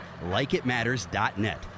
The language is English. LikeItMatters.net